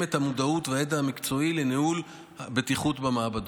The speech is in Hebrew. את המודעות והידע המקצועי לניהול הבטיחות במעבדות.